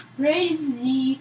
crazy